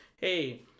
hey